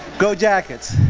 go jackets!